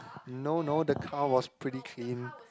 no no the car was pretty clean